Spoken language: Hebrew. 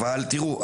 אבל תראו,